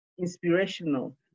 inspirational